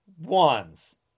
ones